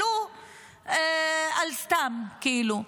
עלו על סתם, כאילו.